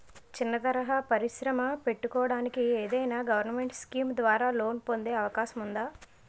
చిన్న తరహా పరిశ్రమ పెట్టుకోటానికి ఏదైనా గవర్నమెంట్ స్కీం ద్వారా లోన్ పొందే అవకాశం ఉందా?